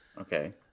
Okay